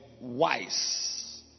wise